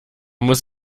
muss